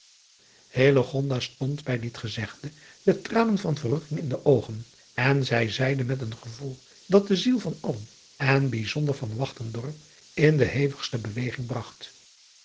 stonden bij dit gezegde de tranen van verrukking in de oogen en zij zeide met een gevoel dat de ziel van allen en bijzonder van in de hevigste beweging bragt